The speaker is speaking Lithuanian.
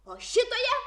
o šitoje